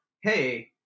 hey